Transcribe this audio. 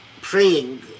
praying